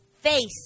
face